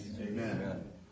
Amen